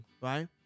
right